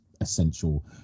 Essential